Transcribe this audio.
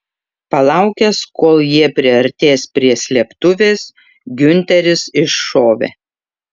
palaukęs kol jie priartės prie slėptuvės giunteris iššovė